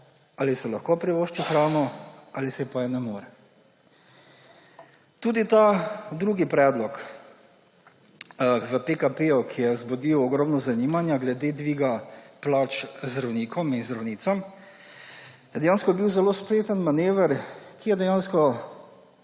ali si lahko privošči hrano ali si je ne more. Tudi ta drugi predlog v PKP, ki je zbudil ogromno zanimanja glede dviga plač zdravnikom in zdravnicam, je bil dejansko zelo spreten manever, ki je, iskreno